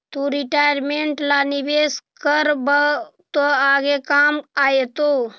तु रिटायरमेंट ला निवेश करबअ त आगे काम आएतो